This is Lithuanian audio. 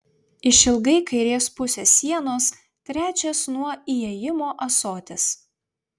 išilgai kairės pusės sienos trečias nuo įėjimo ąsotis